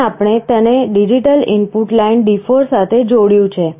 અહીં આપણે તેને ડિજિટલ ઇનપુટ લાઇન D4 સાથે જોડ્યું છે